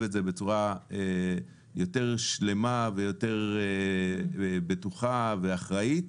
את זה בצורה יותר שלמה ויותר בטוחה ואחראית,